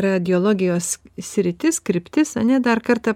radiologijos sritis kryptis ane dar kartą